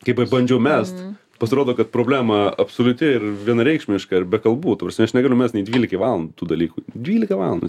kai pabandžiau mest pasirodo kad problema absoliuti ir vienareikšmiška ir be kalbų ta prasme aš negalu mest nei dvylikai valandų tų dalykų dvylika valandų